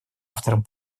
авторам